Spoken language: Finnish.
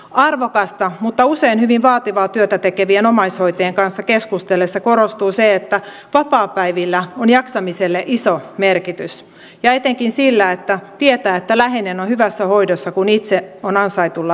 arvokasta mutta usein hyvin vaativaa työtä tekevien omaishoitajien kanssa keskustellessa korostuu se että vapaapäivillä on jaksamiselle iso merkitys ja etenkin sillä että tietää että läheinen on hyvässä hoidossa kun itse on ansaitulla vapaalla